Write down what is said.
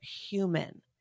human